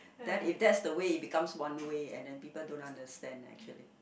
that is that's the way becomes one way and then people don't understand actually